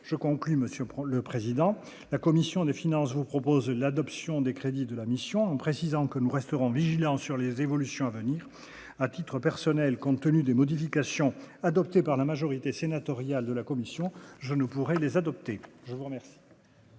prend le président de la commission des finances vous propose l'adoption des crédits de la mission, en précisant que nous resterons vigilants sur les évolutions à venir, à titre personnel, compte tenu des modifications adoptées par la majorité sénatoriale de la commission, je ne pourrais les adopter. Merci,